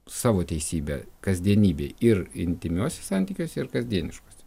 savo teisybę kasdienybėj ir intymiuose santykiuose ir kasdieniškuose